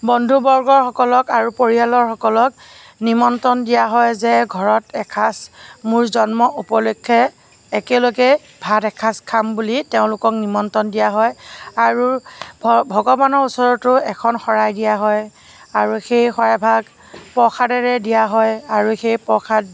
বন্ধুবৰ্গসকলক আৰু পৰিয়ালসকলক নিমন্ত্ৰণ দিয়া হয় যে ঘৰত এসাঁজ মোৰ জন্ম উপলক্ষে একেলগে ভাত এসাঁজ খাম বুলি তেওঁলোকক নিমন্ত্ৰণ দিয়া হয় আৰু ভ ভগৱানৰ ওচৰতো এখন শৰাই দিয়া হয় আৰু সেই শৰাইভাগ প্ৰসাদেৰে দিয়া হয় আৰু সেই প্ৰসাদ